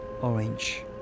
Orange